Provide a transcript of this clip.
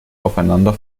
aufeinander